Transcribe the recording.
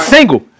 Single